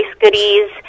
goodies